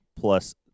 plus